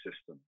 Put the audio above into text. System